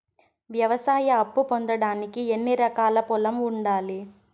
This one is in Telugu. వ్యవసాయ అప్పు పొందడానికి ఎన్ని ఎకరాల పొలం ఉండాలి?